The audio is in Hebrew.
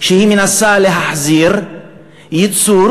שהיא מנסה להחזיר יצור